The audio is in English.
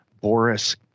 Boris